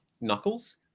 knuckles